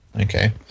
okay